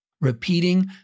repeating